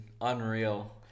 Unreal